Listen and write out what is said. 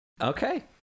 Okay